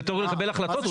הוא צריך לקבל החלטות.